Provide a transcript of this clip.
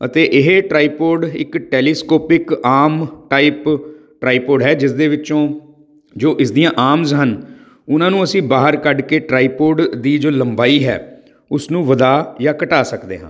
ਅਤੇ ਇਹ ਟਰਾਈਪੋਡ ਇੱਕ ਟੈਲੀਸਕੋਪਿਕ ਆਮ ਟਾਈਪ ਟਰਾਈਪੋਡ ਹੈ ਜਿਸ ਦੇ ਵਿੱਚੋਂ ਜੋ ਇਸ ਦੀਆਂ ਆਮਜ਼ ਹਨ ਉਹਨਾਂ ਨੂੰ ਅਸੀਂ ਬਾਹਰ ਕੱਢ ਕੇ ਟਰਾਈਪੋਡ ਦੀ ਜੋ ਲੰਬਾਈ ਹੈ ਉਸ ਨੂੰ ਵਧਾ ਜਾਂ ਘਟਾ ਸਕਦੇ ਹਾਂ